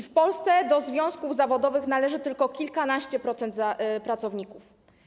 W Polsce do związków zawodowych należy tylko kilkanaście procent pracowników.